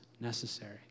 necessary